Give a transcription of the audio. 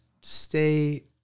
stay